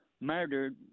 murdered